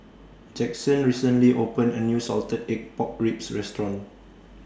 Jaxon recently opened A New Salted Egg Pork Ribs Restaurant